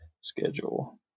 schedule